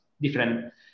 different